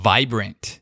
Vibrant